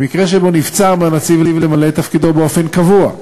במקרה שנבצר מהנציב למלא את תפקידו באופן קבוע,